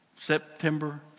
September